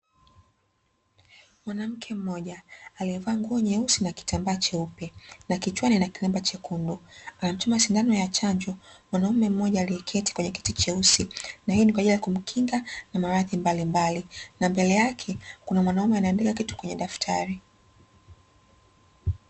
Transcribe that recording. Mwanamke mmoja aliyevaa nguo nyeusi na kitambaa cheupe, na kichwani ana kilemba chekundu. Anamchoma sindano ya chanjo, mwanaume mmoja aliyeketi kwenye kiti cheusi, na hii ni kwa ajili ya kumkinga na maradhi mbalimbali. Na mbele yake kuna mwanaume anaandika kitu kwenye daftari.